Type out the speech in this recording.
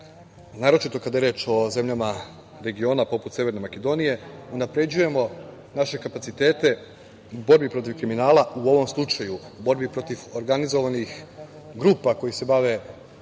naročito kada je reč o zemljama regiona, poput Severne Makedonije, unapređujemo naše kapaciteta u borbi protiv kriminala, u ovom slučaju u borbi protiv organizovanih grupa koje se bave kriminalom